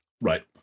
Right